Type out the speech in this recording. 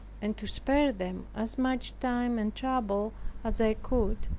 and to spare them as much time and trouble as i could,